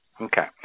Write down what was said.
Okay